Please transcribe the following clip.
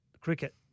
cricket